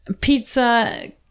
pizza